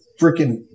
freaking –